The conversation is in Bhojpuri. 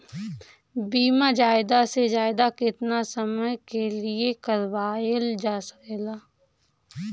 बीमा ज्यादा से ज्यादा केतना समय के लिए करवायल जा सकेला?